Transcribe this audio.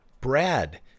Brad